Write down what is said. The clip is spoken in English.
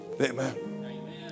Amen